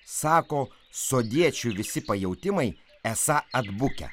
sako sodiečių visi pajautimai esą atbukę